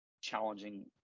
challenging